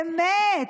באמת.